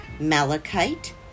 Malachite